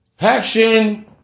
Action